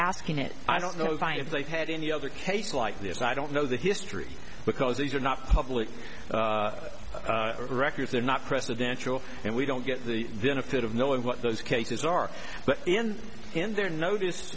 asking it i don't know if i if they had any other cases like this i don't know the history because these are not public records they're not presidential and we don't get the benefit of knowing what those cases are but in the end there notice